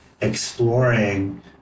exploring